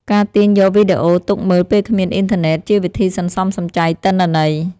ការទាញយកវីដេអូទុកមើលពេលគ្មានអ៊ីនធឺណិត ជាវិធីសន្សំសំចៃទិន្នន័យ។